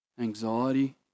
anxiety